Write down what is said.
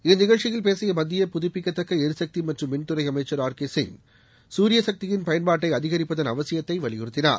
இந்நிகழ்ச்சியில் பேசிய மத்திய புதப்பிக்கத்தக்க எரிசக்தி மற்றும் மின்துறை அமைச்சர் ஆர் கே சிங் சூரிய சக்தியின் பயன்பாட்டை அதிகரிப்பதன் அவசியத்தை வலியுறுத்தினார்